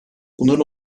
bunların